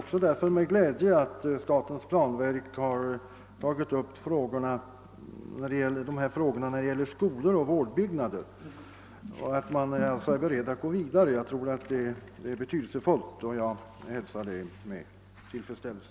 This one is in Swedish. Jag finner det glädjande att statens planverk har tagit upp dessa frågor även när det gäller skolor och vårdbyggnader och att man alltså är beredd att gå vidare. Jag tror att det är betydelsefullt, och jag hälsar det med tillfredsställelse.